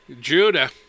Judah